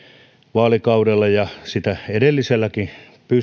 vaalikaudella ja sitä edelliselläkin